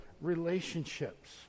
relationships